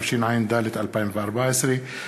התשע"ד 2014,